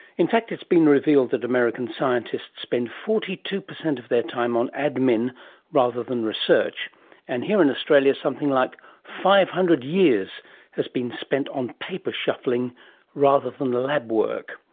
in fact it's been revealed that american scientists spend forty two percent of their time on admin rather than research and here in australia something like five hundred years has been spent on paper shuffling rather than lab work.